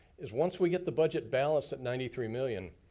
is once we get the budget balanced at ninety three million,